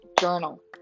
journal